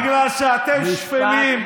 בגלל שאתם שפלים.